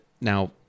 Now